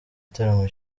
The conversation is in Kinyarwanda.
gitaramo